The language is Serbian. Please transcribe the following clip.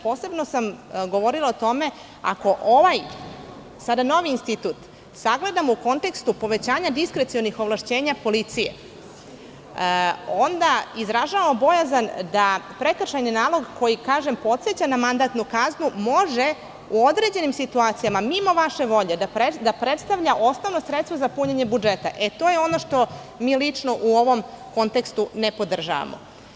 Posebno sam govorila o tome ako ovaj, sada novi institut, sagledamo u kontekstu povećanja diskrecionih ovlašćenja policije, onda izražavam bojazan da prekršajni nalog, koji, kažem, podseća na mandatnu kaznu, može u određenim situacijama, mimo naše volje, da predstavlja osnovno sredstvo za punjenje budžeta, e to je ono što mi lično u ovom kontekstu ne podržavamo.